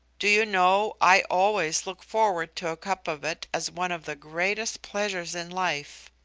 do you know, i always look forward to a cup of it as one of the greatest pleasures in life!